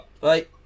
Bye